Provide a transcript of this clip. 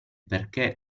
perché